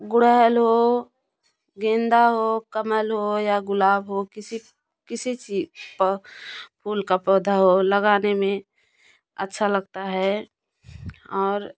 गुलहड़ हो गेंदा हो कमल हो या गुलाब हो किसी किसी फूल का पौधा हो लगाने में अच्छा लगता है और